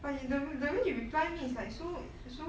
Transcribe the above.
but you the way you reply me is like so so